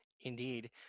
Indeed